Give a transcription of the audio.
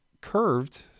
curved